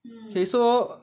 你说